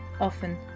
often